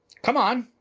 come on!